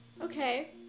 Okay